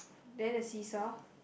then the see saw